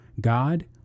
God